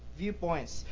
viewpoints